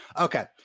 Okay